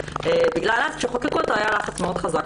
בגלל שכאשר חוקקו את החוק היה לחץ חזק מאוד.